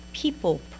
people